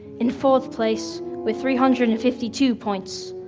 in fourth place, with three hundred and fifty two points,